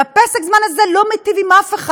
ופסק הזמן הזה לא מיטיב עם אף אחד.